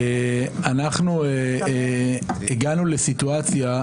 אנחנו הגענו לסיטואציה,